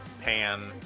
Pan